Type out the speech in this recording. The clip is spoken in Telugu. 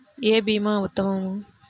ఏ భీమా ఉత్తమము?